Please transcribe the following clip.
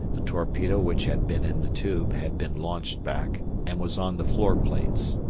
the torpedo which had been in the tube had been launched back and was on the floor plates.